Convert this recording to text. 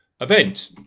event